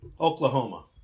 Oklahoma